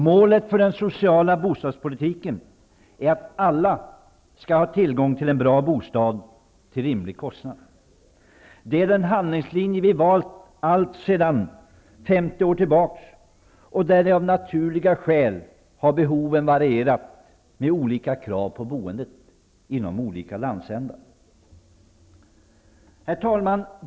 Målet för den sociala bostadspolitiken är att alla skall ha tillgång till en bra bostad till rimlig kostnad. Det är den handlingslinje vi valt sedan 50 år. Av naturliga skäl har behoven varierat med olika krav på boendet i olika landsändar. Herr talman!